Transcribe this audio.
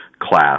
class